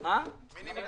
רגע, מיקי.